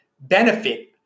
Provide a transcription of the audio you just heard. benefit